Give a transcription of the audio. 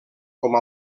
com